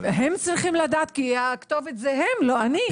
הם צריכים לדעת, כי הכתובת זה הם, לא אני.